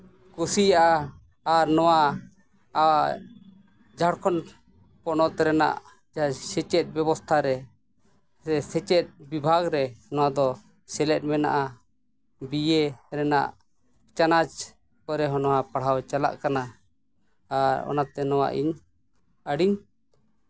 ᱠᱩᱥᱤᱭᱟᱜᱼᱟ ᱟᱨ ᱱᱚᱣᱟ ᱟᱨ ᱡᱷᱟᱲᱠᱷᱚᱸᱰ ᱯᱚᱱᱚᱛ ᱨᱮᱱᱟᱜ ᱥᱮᱪᱮᱫ ᱵᱮᱵᱚᱥᱛᱷᱟ ᱨᱮ ᱥᱮᱪᱮᱫ ᱵᱤᱵᱷᱟᱜᱽ ᱨᱮ ᱱᱚᱣᱟ ᱫᱚ ᱥᱮᱞᱮᱫ ᱢᱮᱱᱟᱜᱼᱟ ᱵᱤᱭᱮ ᱨᱮᱱᱟᱜ ᱪᱟᱱᱟᱪ ᱠᱚᱨᱮ ᱦᱚᱸ ᱱᱚᱣᱟ ᱯᱟᱲᱦᱟᱣ ᱪᱟᱞᱟᱜ ᱠᱟᱱᱟ ᱟᱨ ᱚᱱᱟᱛᱮ ᱱᱚᱣᱟ ᱤᱧ ᱟᱹᱰᱤᱧ